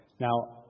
Now